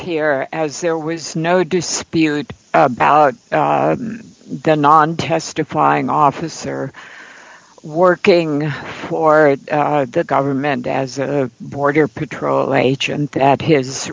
here as there was no dispute about the non testifying officer working for the government as a border patrol agent at his